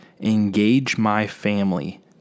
engagemyfamily